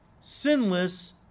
sinless